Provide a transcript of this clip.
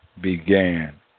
began